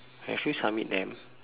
have you submit them